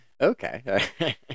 Okay